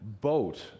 boat